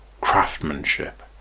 craftsmanship